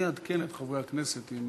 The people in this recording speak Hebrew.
אני אעדכן את חברי הכנסת אם